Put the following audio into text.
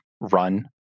run